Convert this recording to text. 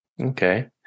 Okay